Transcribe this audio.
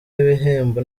ibihembo